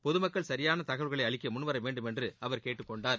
பொதுமக்கள் சரியான தகவல்களை அளிக்க முன்வரவேண்டும் என்று அவர் கேட்டுக்கொண்டார்